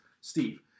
Steve